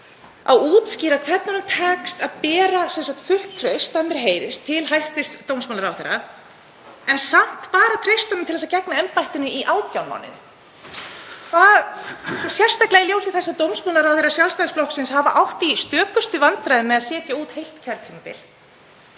að útskýra hvernig honum tekst að bera fullt traust, heyrist mér, til hæstv. dómsmálaráðherra en samt bara treysta honum til að gegna embættinu í 18 mánuði, sérstaklega í ljósi þess að dómsmálaráðherrar Sjálfstæðisflokksins hafa átt í stökustu vandræðum með að sitja út heilt kjörtímabil.